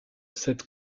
cette